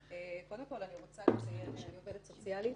קודם כול, אני רוצה לציין שאני עובדת סוציאלית,